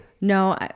No